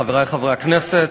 חברי חברי הכנסת,